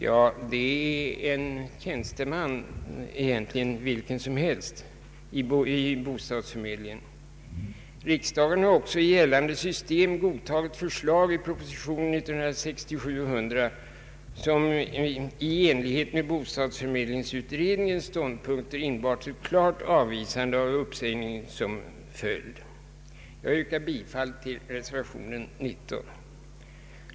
Ja, det är en tjänsteman, egentligen vilken som helst, hos bostadsförmedlingen i det här fallet. Riksdagen har också i gällande system godtagit förslag i propositionen 1967:100 som — i enlighet med bostadsförmedlingsutredningens ståndpunkter — innebar ett klart avvisande av uppsägning som påföljd. Jag yrkar bifall till reservation 19.